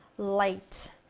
light